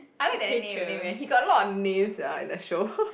I like the leh he got a lot of names sia in the show